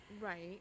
Right